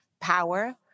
power